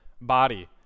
body